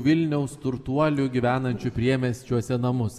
vilniaus turtuolių gyvenančių priemiesčiuose namus